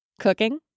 cooking